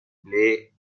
play